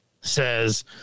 says